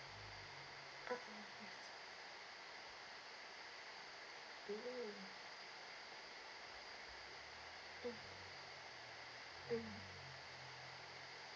ah mm mm mm